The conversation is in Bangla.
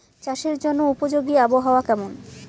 চাষের জন্য উপযোগী আবহাওয়া কেমন?